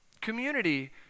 Community